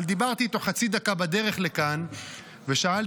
אבל דיברתי איתו חצי דקה בדרך לכאן ושאלתי